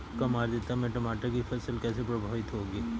कम आर्द्रता में टमाटर की फसल कैसे प्रभावित होगी?